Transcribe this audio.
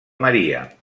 maria